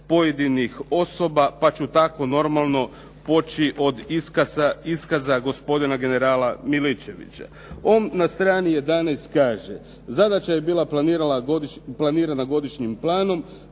pojedinih osoba, pa ću tako normalno poći od iskaza gospodina generala Miličevića. On na strani 11 kaže: “Zadaća je bila planirana godišnjim planom.